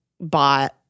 bought